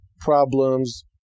problems